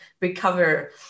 recover